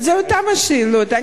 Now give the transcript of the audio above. זה אותן השאלות,